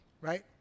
right